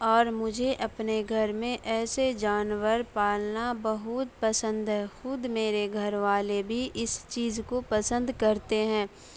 اور مجھے اپنے گھر میں ایسے جانور پالنا بہت پسند ہے خود میرے گھر والے بھی اس چیز کو پسند کرتے ہیں